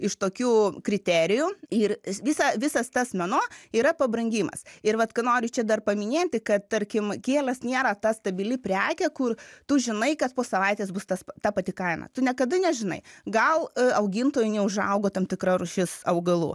iš tokių kriterijų ir visą visas tas mėnuo yra pabrangimas ir vat ką noriu čia dar paminėti kad tarkim gėlės nėra ta stabili prekė kur tu žinai kad po savaitės bus tas ta pati kaina tu niekada nežinai gal augintojui neužaugo tam tikra rūšis augalų